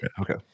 Okay